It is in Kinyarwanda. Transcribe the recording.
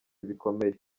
bikomeye